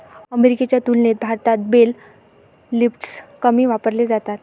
अमेरिकेच्या तुलनेत भारतात बेल लिफ्टर्स कमी वापरले जातात